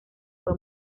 fue